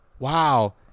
Wow